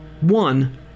one